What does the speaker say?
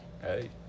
hey